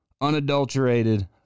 unadulterated